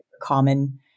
common